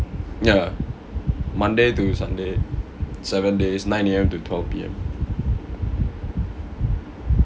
ya monday to sunday seven days nine A_M to twelve P_M